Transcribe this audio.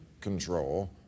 control